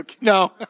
no